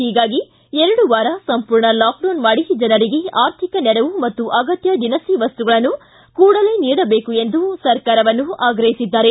ಹೀಗಾಗಿ ಎರಡು ವಾರ ಸಂಪೂರ್ಣ ಲಾಕ್ಡೌನ್ ಮಾಡಿ ಜನರಿಗೆ ಅರ್ಥಿಕ ನೆರವು ಮತ್ತು ಅಗತ್ತ ದಿನಸಿ ವಸ್ತುಗಳನ್ನು ಕೂಡಲೇ ನೀಡಬೇಕು ಎಂದು ಸರ್ಕಾರವನ್ನು ಆಗ್ರಹಿಸಿದ್ದಾರೆ